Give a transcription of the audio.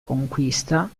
conquista